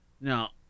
Now